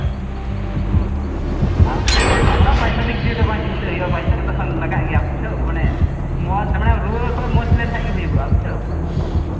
ᱚ ᱚᱱᱟ ᱚᱱᱟ ᱯᱚᱭᱥᱟ ᱫᱤᱠ ᱫᱤᱭᱮ ᱫᱚ ᱵᱟᱝ ᱪᱤᱱᱛᱟᱹ ᱦᱩᱭᱩᱜᱼᱟ ᱯᱚᱭᱥᱟ ᱫᱚᱦᱟᱸᱜ ᱞᱟᱜᱟᱜ ᱜᱮᱭᱟ ᱢᱟᱱᱮ ᱢᱚᱡᱽ ᱢᱟᱱᱮ ᱨᱩᱣᱟᱹ ᱠᱷᱚᱱ ᱢᱚᱡᱽ ᱞᱮᱱᱠᱷᱟᱱ ᱜᱮ ᱦᱩᱭᱩᱜᱚᱜᱼᱟ ᱵᱩᱡᱷᱟᱹᱣ